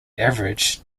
average